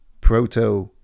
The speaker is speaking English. proto